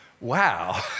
Wow